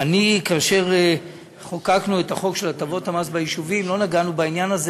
כאשר חוקקנו את החוק של הטבות המס ביישובים לא נגענו בעניין הזה,